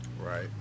right